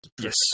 Yes